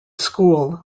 school